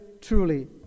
truly